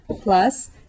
plus